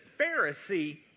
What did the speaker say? Pharisee